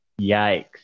Yikes